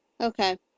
Okay